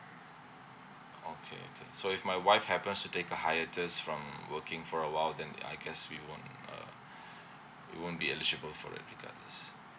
okay okay so if my wife happens to take a higher test from working for a while then I guess we won't uh we won't be eligible for it regardless